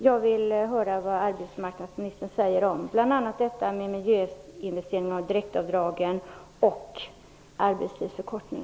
Jag vill höra vad arbetsmarknadsministern säger om direktavdrag, miljöinvesteringar och en arbetstidsförkortning.